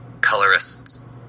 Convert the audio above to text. colorists